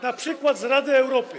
np. z Rady Europy.